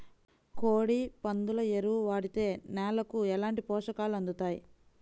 కోడి, పందుల ఎరువు వాడితే నేలకు ఎలాంటి పోషకాలు అందుతాయి